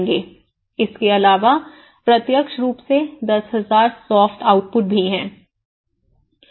इसके अलावा प्रत्यक्ष रुप से 10000 सॉफ्ट आउटपुट भी है